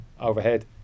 overhead